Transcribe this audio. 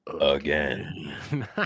again